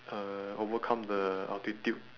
uh overcome the altitude